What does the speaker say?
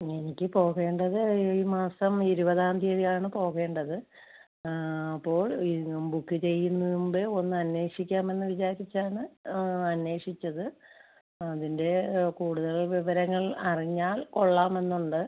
പിന്നെ എനിക്ക് പോകേണ്ടത് ഈ മാസം ഇരുപതാം തിയതിയാണ് പോകേണ്ടത് അപ്പോൾ ഇത് ബുക്ക് ചെയ്യുന്ന മുമ്പെ ഒന്നന്വേഷിക്കാമെന്ന് വിചാരിച്ചാണ് അന്വേഷിച്ചത് അതിൻ്റെ കൂട്തൽ വിവരങ്ങൾ അറിഞ്ഞാൽ കൊള്ളാമെന്നുണ്ട്